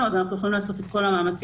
אז אנחנו יכולים לעשות את כל המאמצים,